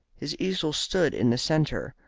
his easel stood in the centre,